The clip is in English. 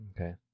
okay